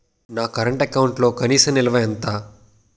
నా కరెంట్ అకౌంట్లో కనీస నిల్వ ఎంత?